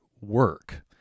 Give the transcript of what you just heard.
work